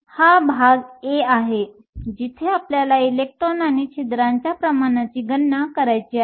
तर हा भाग a आहे जिथे आपल्याला इलेक्ट्रॉन आणि छिद्रांच्या प्रमाणांची गणना करायची आहे